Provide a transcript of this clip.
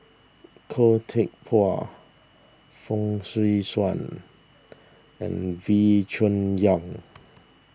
Khoo Teck Puat Fong Swee Suan and Wee Cho Yaw